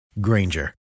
Granger